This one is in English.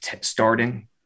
starting